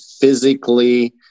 physically